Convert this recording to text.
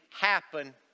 happen